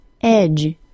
edge